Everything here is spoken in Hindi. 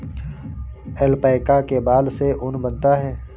ऐल्पैका के बाल से ऊन बनता है